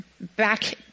back